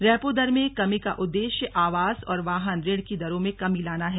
repo दर में कमी का उद्देश्य आवास और वाहन ऋण की दरों में कमी लाना है